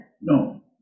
no